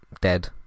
dead